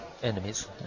Enemies